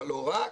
אבל לא רק.